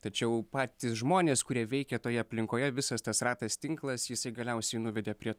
tačiau patys žmonės kurie veikė toje aplinkoje visas tas ratas tinklas jisai galiausiai nuvedė prie